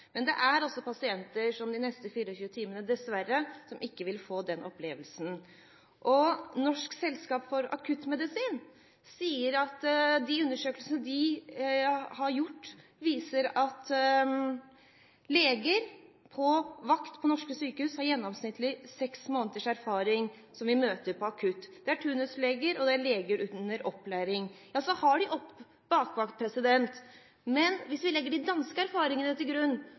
Men det er også pasienter som de neste 24 timene dessverre ikke vil få den opplevelsen. Norsk Selskap for Akuttmedisin sier at de undersøkelsene de har gjort, viser at leger på vakt ved norske sykehus har gjennomsnittlig seks måneders erfaring. Man møter ved akuttmottakene turnusleger og leger under opplæring. De har bakvakt, men hvis vi legger de danske erfaringene til grunn,